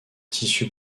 tissu